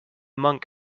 monk